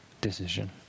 decision